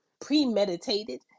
premeditated